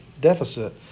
deficit